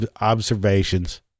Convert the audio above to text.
observations